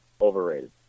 Overrated